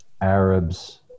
Arabs